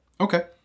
Okay